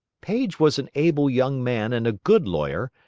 paige was an able young man and a good lawyer,